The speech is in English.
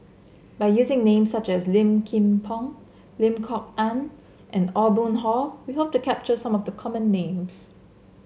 by using names such as Low Kim Pong Lim Kok Ann and Aw Boon Haw we hope to capture some of the common names